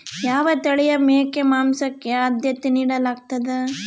ಯಾವ ತಳಿಯ ಮೇಕೆ ಮಾಂಸಕ್ಕೆ, ಆದ್ಯತೆ ನೇಡಲಾಗ್ತದ?